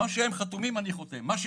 מה שהם חתומים - אני חותם,